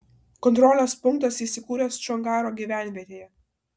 kontrolės punktas įsikūręs čongaro gyvenvietėje